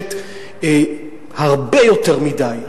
שמתרחשת הרבה יותר מדי.